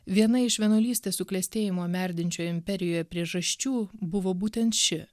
viena iš vienuolystės suklestėjimo merdinčioje imperijoje priežasčių buvo būtent ši